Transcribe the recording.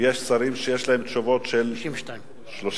ויש שרים שיש להם תשובות של 32 דקות.